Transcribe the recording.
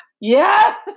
Yes